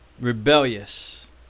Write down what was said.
Rebellious